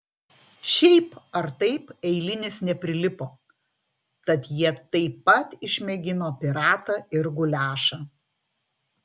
šiaip ar taip eilinis neprilipo tad jie taip pat išmėgino piratą ir guliašą